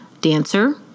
dancer